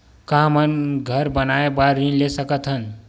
का हमन घर बनाए बार ऋण ले सकत हन?